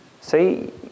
See